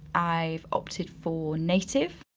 i've opted for native,